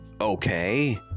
Okay